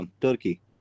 Turkey